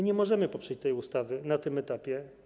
Nie możemy poprzeć tej ustawy na tym etapie.